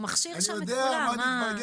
הוא מכשיר שם את כולם.